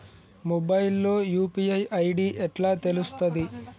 Mobile లో UPI ID ఎట్లా తెలుస్తది?